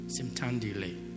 Simtandile